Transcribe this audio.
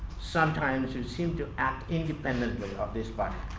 sometimes you seem to act independently of this but